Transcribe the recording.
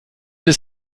des